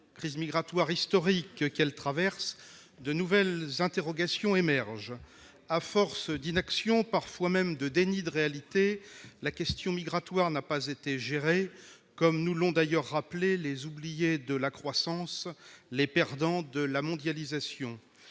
crise migratoire historique qu'elle traverse, de nouvelles interrogations émergent. À force d'inaction, parfois même de déni de réalité, la question migratoire n'a pas été gérée, comme nous l'ont d'ailleurs rappelé les oubliés de la croissance, les perdants de la mondialisation.